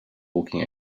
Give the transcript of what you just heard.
walking